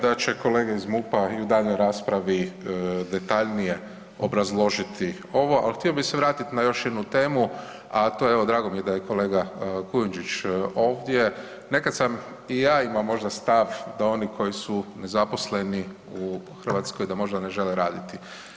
Pa vjerujem da će kolege ih MUP-a i u daljnjoj raspravi detaljnije obrazložiti ovo, ali htio bih se vratiti na još jednu temu, a to je evo drago mi da je kolega Kujundžić ovdje, nekad sam i ja imao možda stav da oni koji su nezaposleni u Hrvatskoj da možda ne žele raditi.